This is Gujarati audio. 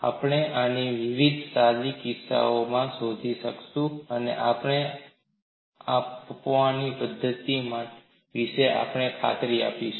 આપણે આને વિવિધ સાદી કિસ્સોોમાં શોધીશું અને આપણે અપનાવવાની પદ્ધતિ વિશે આપણે ખાતરી આપીશું